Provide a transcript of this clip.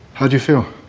how do you feel?